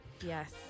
Yes